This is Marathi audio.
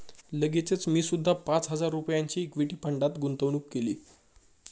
लगेचच मी सुद्धा पाच हजार रुपयांची इक्विटी फंडात गुंतवणूक केली